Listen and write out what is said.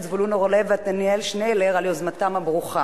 זבולון אורלב ועתניאל שנלר על יוזמתם הברוכה.